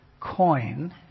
coin